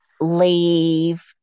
leave